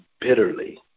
bitterly